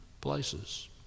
places